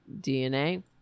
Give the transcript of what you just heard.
dna